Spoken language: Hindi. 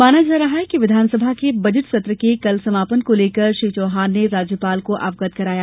माना जा रहा है कि विधानसभा के बजट सत्र के कल समापन को लेकर श्री चौहान ने राज्यपाल को अवगत कराया